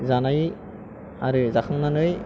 जानाय आरो जाखांनानै